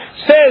says